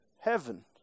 Heaven